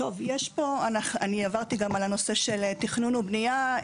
עברתי גם על נושא תכנון ובנייה.